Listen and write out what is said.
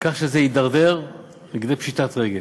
כך שזה הידרדר לכדי פשיטת רגל.